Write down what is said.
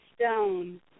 stone